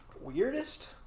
Weirdest